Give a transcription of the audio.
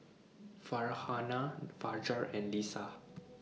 Farhanah Fajar and Lisa